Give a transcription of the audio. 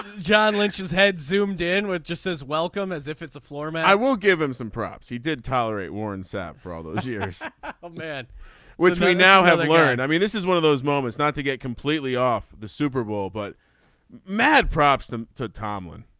john lynch his head zoomed in with just as welcome as if it's a floor mat. i will give him some props. he did tolerate warren sapp for all those years of mad which may now have learned. i mean this is one of those moments not to get completely off the super bowl but mad props to tomlin.